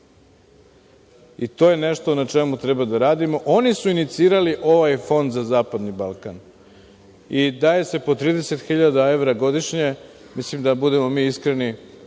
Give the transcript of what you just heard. To je nešto na čemu treba da radimo. Oni su inicirali ovaj Fond za zapadni Balkan i daje se po 30 hiljada evra godišnje. Mislim, da budemo mi iskreni,